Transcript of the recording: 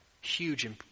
huge